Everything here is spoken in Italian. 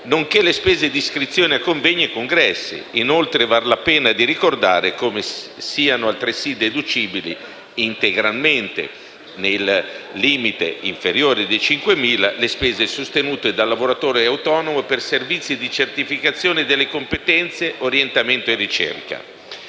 nonché le spese di iscrizione a convegni o congressi. Inoltre, vale la pena di ricordare come siano altresì deducibili integralmente, entro il limite di 5.000 euro l’anno, le spese sostenute dal lavoratore autonomo per i servizi di certificazione delle competenze, orientamento e ricerca.